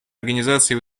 организации